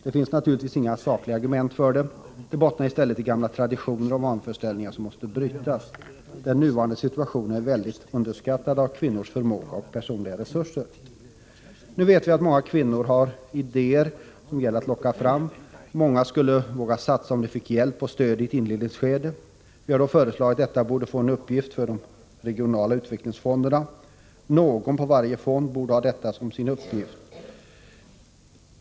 Det finns naturligtvis inga sakliga argument för detta. Det bottnar i stället i gamla traditioner och vanföreställningar som måste brytas. Den nuvarande situationen är en väldig underskattning av kvinnors förmåga och personliga resurser. Nu vet vi att många kvinnor har idéer som det gäller att locka fram. Många skulle våga satsa om de fick hjälp och stöd i ett inledningsskede. Vi har då föreslagit att detta borde vara en uppgift för de regionala utvecklingsfonderna. Någon på varje fond borde ha detta som sin uppgift.